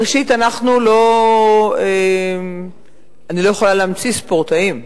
ראשית, אני לא יכולה להמציא ספורטאים.